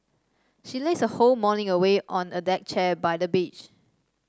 she lazed her whole morning away on a deck chair by the beach